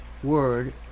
word